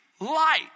light